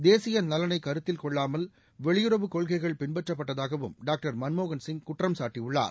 தேசிய நலனை கருத்தில் கொள்ளாமல் வெளியுறவுக் கொள்கைகள் பின்பற்றப்பட்டதாகவும் டாக்டர் மன்மோகன் சிங் குற்றம் சாட்டியுள்ளார்